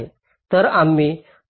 तर आम्ही ट्रेडऑफची व्याख्या करीत आहोत